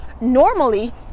normally